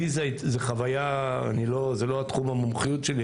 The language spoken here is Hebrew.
לי זו חוויה, זה לא תחום המומחיות שלי